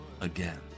again